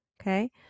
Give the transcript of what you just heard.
Okay